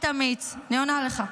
-- הבאמת-אמיץ אני עונה לך,